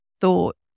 thought